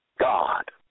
God